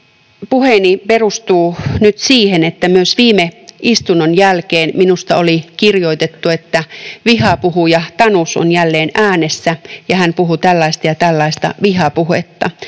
puheeni perustuu nyt siihen, että myös viime istunnon jälkeen minusta oli kirjoitettu, että vihapuhuja Tanus on jälleen äänessä ja hän puhuu tällaista ja tällaista vihapuhetta.